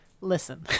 listen